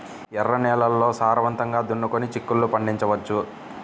ఎర్ర నేలల్లో సారవంతంగా దున్నుకొని చిక్కుళ్ళు పండించవచ్చు